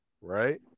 right